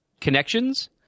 connections